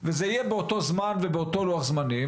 וזה יהיה באותו זמן ובאותו לוח זמנים,